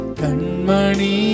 kanmani